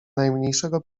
najmniejszego